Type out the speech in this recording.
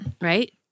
Right